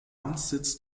amtssitz